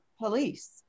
police